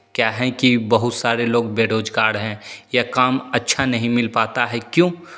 क्या है कि बहुत सारे लोग बेरोज़गार हैं या काम अच्छा नहीं मिल पाता है क्यों